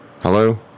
Hello